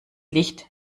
licht